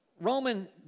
Roman